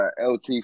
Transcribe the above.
LT